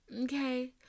Okay